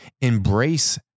Embrace